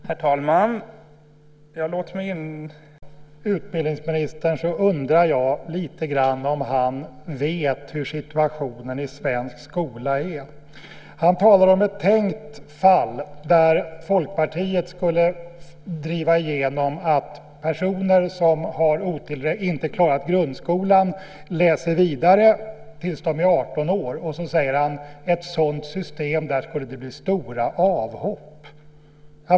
Herr talman! När jag lyssnar på utbildningsministern undrar jag om han vet hur situationen i den svenska skolan är. Han talar om ett tänkt fall där Folkpartiet skulle driva igenom att personer som inte klarat grundskolan läser vidare tills de är 18 år. Sedan säger han att med ett sådant system skulle det bli stora avhopp.